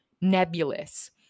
nebulous